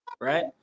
right